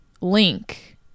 link